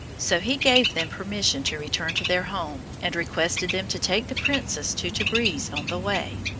so he gave them permission to return to their home, and requested them to take the princess to tabriz on the way.